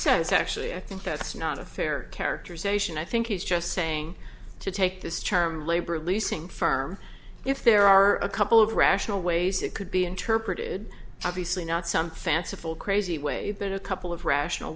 says actually i think that's not a fair characterization i think he's just saying to take this term labor leasing firm if there are a couple of rational ways it could be interpreted obviously not some fanciful crazy way but a couple of rational